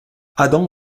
adam